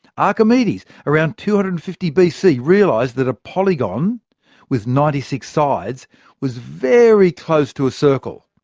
archimedes, around two hundred and fifty bc, realised that a polygon with ninety six sides was very close to a circle.